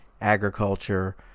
agriculture